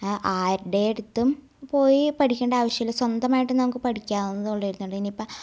ആരുടെ അടുത്തും പോയി പഠിക്കണ്ട ആവശ്യമില്ല സ്വന്തമായിട്ട് നമുക്ക് പഠിക്കാവുന്നതേ ഉള്ളു അല്ലാണ്ടിനിപ്പം